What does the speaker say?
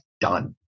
done